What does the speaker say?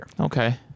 Okay